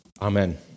Amen